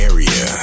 Area